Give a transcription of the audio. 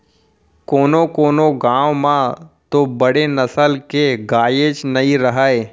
कोनों कोनों गॉँव म तो बड़े नसल के गायेच नइ रहय